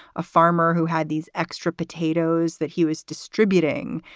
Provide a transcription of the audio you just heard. a farmer who had these extra potatoes that he was distributing.